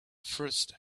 first